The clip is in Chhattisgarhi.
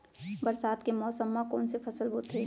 बरसात के मौसम मा कोन से फसल बोथे?